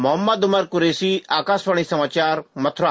मोहम्मद उमर कुरैशी आकाशवाणी समाचार मथुरा